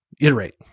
iterate